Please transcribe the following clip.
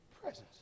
presence